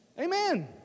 Amen